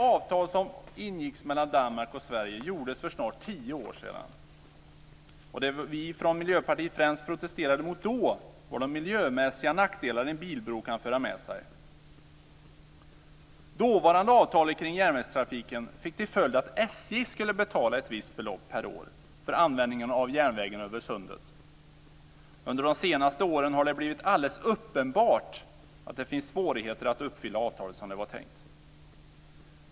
Avtalet mellan Danmark och Sverige ingicks för snart tio år sedan. Det vi i Miljöpartiet främst protesterade mot då var de miljömässiga nackdelar en bilbro kan föra med sig. Det dåvarande avtalet om järnvägstrafiken fick till följd att SJ skulle betala ett visst belopp per år för användningen av järnvägen över sundet. Under de senaste åren har det blivit alldeles uppenbart att det finns svårigheter att uppfylla avtalet som det var tänkt.